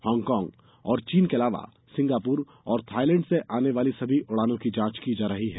Hong Kong और चीन के अलावा सिंगापुर और थाइलैंड से आने वाली सभी उड़ानों की जांच की जा रही है